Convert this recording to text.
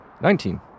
Nineteen